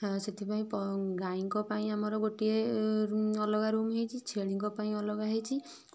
ସେଥିପାଇଁ ପ ଗାଈଙ୍କ ପାଇଁ ଆମର ଗୋଟିଏ ଅଲଗା ରୁମ୍ ହୋଇଛି ଛେଳିଙ୍କ ପାଇଁ ଅଲଗା ହୋଇଛି